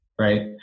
right